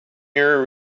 your